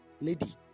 lady